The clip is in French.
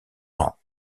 rangs